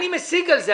אני משיג על זה.